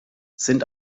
sind